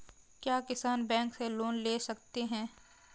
क्या किसान बैंक से लोन ले सकते हैं?